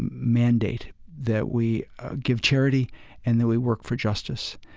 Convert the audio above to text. mandate that we give charity and that we work for justice.